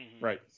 right